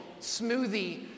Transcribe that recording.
smoothie